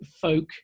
folk